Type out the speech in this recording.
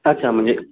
अच्छा म्हणजे